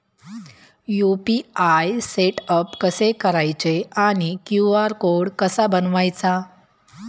UPI setup कसे करायचे आणि क्यू.आर कोड कसा बनवायचा?